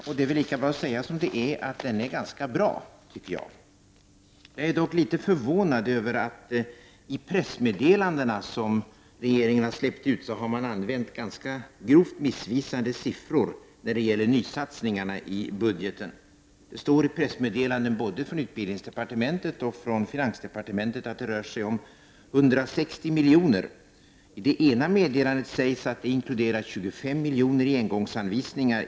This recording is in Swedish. Det är väl lika bra att säga som det är — den är ganska bra, tycker jag. Jag är dock litet förvånad att man i de pressmeddelanden som regeringen har släppt ut har använt ganska grovt missvisande siffror när det gäller nysatsningarna i budgeten. Det står i pressmeddelanden både från utbildningsdepartementet och finansdepartementet att det rör sig om 160 miljoner. I det ena meddelandet sägs att detta inkluderar 25 miljoner i engångsanvisningar.